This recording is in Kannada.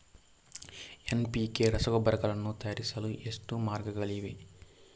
ಎನ್.ಪಿ.ಕೆ ರಸಗೊಬ್ಬರಗಳನ್ನು ತಯಾರಿಸಲು ಎಷ್ಟು ಮಾರ್ಗಗಳಿವೆ?